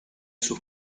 sus